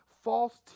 false